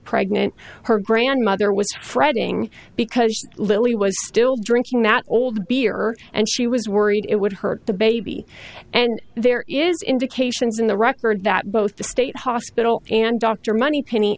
pregnant her grand there was fretting because lily was still drinking that old beer and she was worried it would hurt the baby and there is indications in the record that both the state hospital and doctor moneypenny